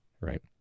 Right